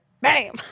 bam